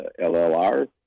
LLR